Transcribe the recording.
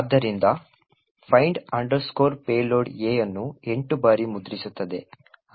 ಆದ್ದರಿಂದ find payload A ಅನ್ನು 8 ಬಾರಿ ಮುದ್ರಿಸುತ್ತದೆ